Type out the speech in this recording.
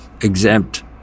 exempt